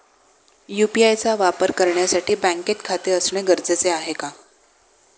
UPI चा वापर करण्यासाठी बँकेत खाते असणे गरजेचे आहे का?